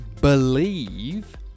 believe